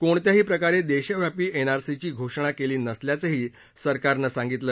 कोणत्याही प्रकारे देशव्यापी एनआरसीची घोषणा केली नसल्याचंही सरकारनं स्पष्ट केलं